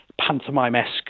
Pantomime-esque